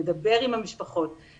לדבר עם המשפחות,